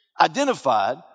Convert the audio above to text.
Identified